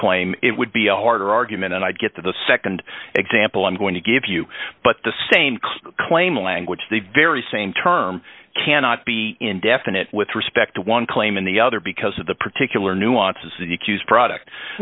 claim it would be a harder argument and i'd get to the nd example i'm going to give you but the same could claim language the very same term cannot be indefinite with respect to one claim in the other because of the particular nuances that you cues product